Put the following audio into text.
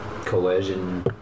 coercion